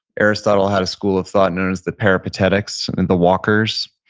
aristotle had a school of thought known as the peripatetics and the walkers.